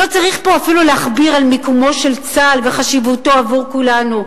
לא צריך פה אפילו להכביר מלים על מיקומו של צה"ל וחשיבותו עבור כולנו,